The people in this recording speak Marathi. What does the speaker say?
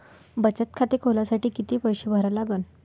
बचत खाते खोलासाठी किती पैसे भरा लागन?